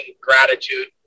gratitude